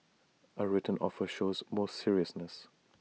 A written offer shows more seriousness